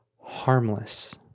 harmless